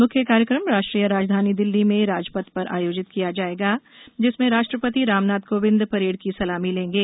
मुख्य कार्यक्रम राष्ट्रीय राजघानी दिल्ली में राजपथ पर आयोजित किया जाएगा जिसमें राष्ट्रपति रामनाथ कोविंद परेड की सलामी लेंगे